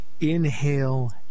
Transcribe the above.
Inhale